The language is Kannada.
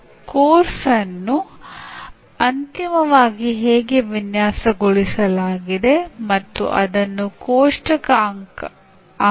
ವಿನ್ಯಾಸ ಶಾಸ್ತ್ರ ಏನೆಂದು ನಾವು ಪ್ರಸ್ತುತ ನೋಡುತ್ತೇವೆ ಮತ್ತು ಈ ಸಿದ್ಧಾಂತಗಳು ಬೋಧನಾ ವಿಧಾನಗಳನ್ನು ಮತ್ತು ಆ ವಿಧಾನಗಳನ್ನು ಬಳಸಬೇಕಾದ ಮತ್ತು ಬಳಸಬಾರದ ಸಂದರ್ಭಗಳನ್ನು ಸಹ ಗುರುತಿಸುತ್ತದೆ